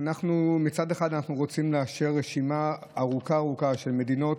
מצד אחד אנחנו רוצים לאשר רשימה ארוכה ארוכה של מדינות